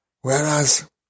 Whereas